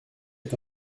est